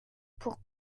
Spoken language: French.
pour